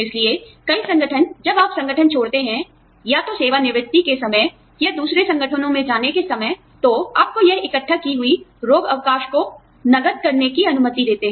इसलिए कई संगठनजब आप संगठन छोड़ते हैं या तो सेवानिवृत्ति के समय या दूसरे संगठनों में जाने के समय तो आपको यह इकट्ठा की हुई रोग अवकाश को नक़द करने की अनुमति देते हैं